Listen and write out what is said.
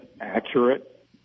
accurate